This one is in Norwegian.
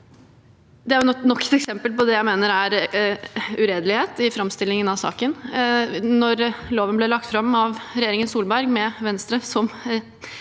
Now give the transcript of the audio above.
Det er nok et eksempel på det jeg mener er uredelighet i framstillingen av saken. Da loven ble lagt fram av regjeringen Solberg, med Venstre